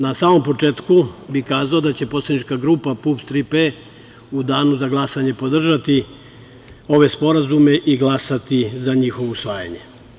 Na samom početku bih kazao da će poslanička grupa PUPS- 3P u danu za glasanje podržati ove sporazume i glasati za njihovo usvajanje.